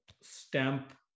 stamp